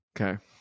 Okay